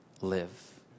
live